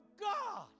God